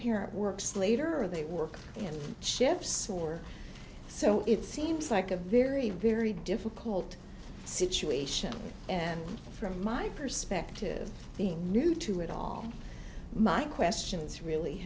parent works later or they work in shifts or so it seems like a very very difficult situation and from my perspective being new to it all my questions really